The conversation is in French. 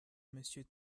monsieur